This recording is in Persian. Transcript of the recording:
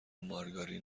مارگارین